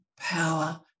power